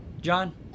John